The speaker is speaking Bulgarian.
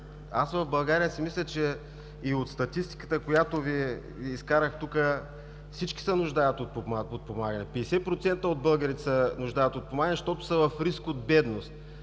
четвърти клас? От статистиката, която Ви изкарах тук, всички се нуждаят от подпомагане, 50% от българите се нуждаят от подпомагане, защото са в риск от бедност.